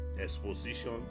exposition